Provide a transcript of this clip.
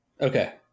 Okay